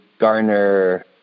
garner